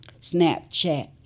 Snapchat